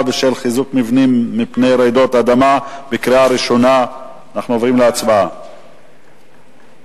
בשל חיזוק מבנים מפני רעידות אדמה) אנחנו עוברים להצבעה בקריאה